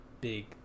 big